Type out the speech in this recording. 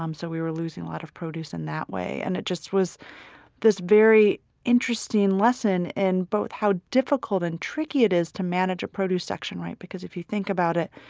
um so we were losing a lot of produce in that way and it just was this very interesting lesson in both how difficult and tricky it is to manage a produce section right. if you think about it,